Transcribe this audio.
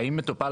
האם מטופל,